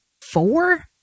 four